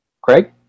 Craig